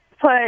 put